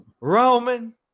Roman